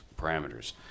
parameters